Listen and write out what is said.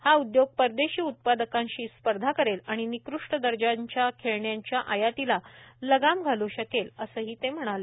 हा उद्योग परदेशी उत्पादकांशी स्पर्धा करेल आणि निकृष्ट दर्जाच्या खेळण्यांच्या आयातीला लगाम घालू शकेल असे ते म्हणाले